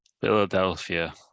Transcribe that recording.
Philadelphia